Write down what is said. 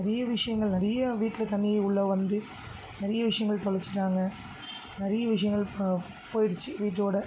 நிறைய விஷயங்கள் நிறைய வீட்டில் தண்ணீர் உள்ளே வந்து நிறைய விஷயங்கள் தொலைச்சிட்டாங்க நிறைய விஷயங்கள் போயிடுச்சு வீட்டோட